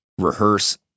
rehearse